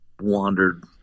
wandered